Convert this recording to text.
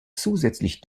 zusätzlich